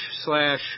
slash